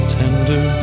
tender